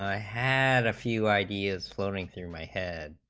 ah had a few ideas floating through my head,